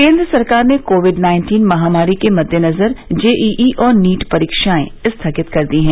केन्द्र सरकार ने कोविड नाइन्टीन महामारी के मद्देनजर जेईई और नीट परीक्षाएं स्थगित कर दी हैं